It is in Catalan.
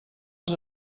els